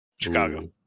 Chicago